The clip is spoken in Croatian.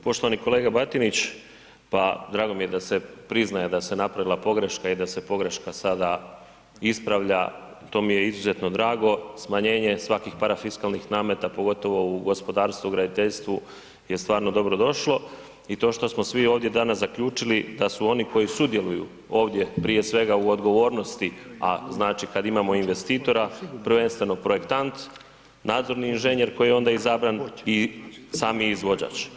Poštovani kolega Batinić, pa drago mi je da se priznaje da se napravila pogreška i da se pogreška sada ispravlja, to mi je izuzetno drago, smanjenje svakih parafiskalnih namete pogotovo u gospodarstvu, graditeljstvu je stvarno dobrodošlo i to što smo svi ovdje danas zaključili da su oni koji sudjeluju ovdje prije svega u odgovornosti a znači kad imamo investitora, prvenstveno projektant, nadzorni inženjer koji onda je izabran i sami izvođač.